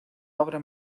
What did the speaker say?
obra